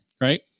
Right